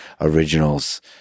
originals